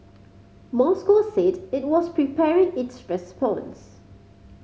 Moscow said it was preparing its response